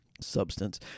substance